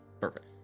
Perfect